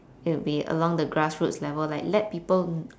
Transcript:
it'll be along the grassroots level like let people